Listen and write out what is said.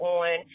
on